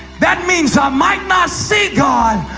that means i might not see god,